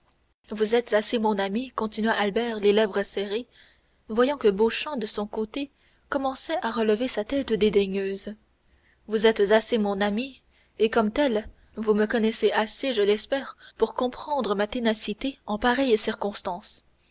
vous êtes assez mon ami continua albert les lèvres serrées voyant que beauchamp de son côté commençait à relever sa tête dédaigneuse vous êtes assez mon ami et comme tel vous me connaissez assez je l'espère pour comprendre ma ténacité en pareille circonstance